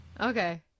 Okay